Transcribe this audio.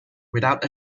without